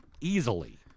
easily